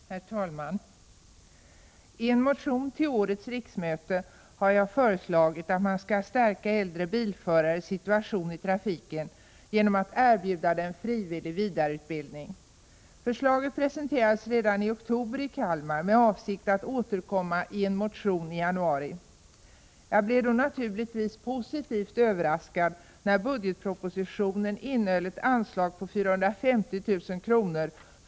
Herr talman! I en motion till årets riksmöte har jag föreslagit att man skall stärka äldre bilförares situation i trafiken genom att erbjuda dem frivillig vidareutbildning. Förslaget presenterades redan i oktober i Kalmar med avsikt att återkomma i en motion i januari. Jag blev då naturligtvis positivt överraskad, när budgetpropositionen innehöll ett anslag på 450 000 kr.